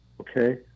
okay